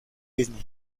disney